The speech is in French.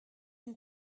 une